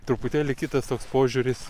truputėlį kitas požiūris